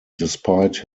despite